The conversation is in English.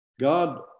God